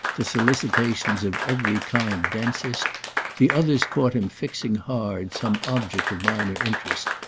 the solicitations of every kind densest the others caught him fixing hard some object of minor interest,